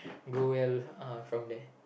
go well uh from there